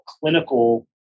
clinical